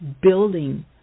building